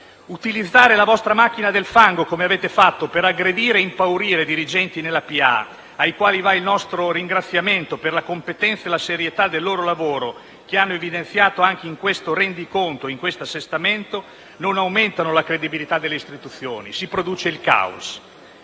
Utilizzare la vostra macchina del fango, come avete fatto per aggredire ed impaurire dirigenti della pubblica amministrazione, ai quali va il nostro ringraziamento per la competenza e la serietà del loro lavoro, che hanno evidenziato anche in questo rendiconto e in questo assestamento, non aumenta la credibilità delle istituzioni, ma si produce il caos.